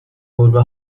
گربه